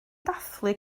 dathlu